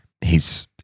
He's-